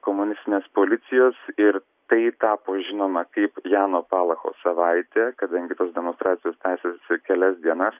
komunistinės policijos ir tai tapo žinoma kaip jano palacho savaitė kadangi tos demonstracijos tęsėsi kelias dienas